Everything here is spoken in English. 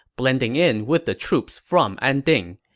blending in with the troops from anding.